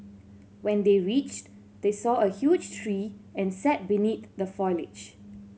when they reached they saw a huge tree and sat beneath the foliage